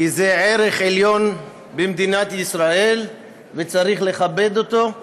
כי זה ערך עליון במדינת ישראל, וצריך לכבד אותו.